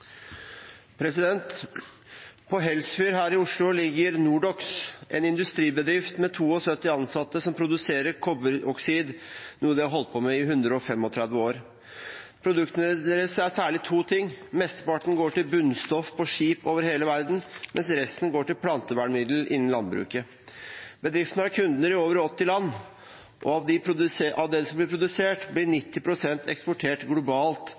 På Helsfyr her i Oslo ligger Nordox, en industribedrift med 72 ansatte som produserer kobberoksid, noe de har holdt på med i 135 år. Produktene deres brukes særlig til to ting: Mesteparten går til bunnstoff på skip over hele verden, mens resten går til plantevernmiddel innen landbruket. Bedriften har kunder i over 80 land, og av det som blir produsert, blir 90 pst. eksportert globalt,